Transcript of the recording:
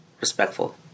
Respectful